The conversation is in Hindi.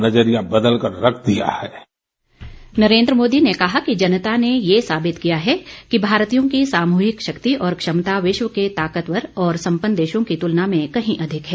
नरेन्द्र मोदी ने कहा कि जनता ने यह साबित किया है कि भारतीयों की सामूहिक शक्ति और क्षमता विश्व के ताकतवर और सम्पन्न देशों की तुलना में कहीं अधिक है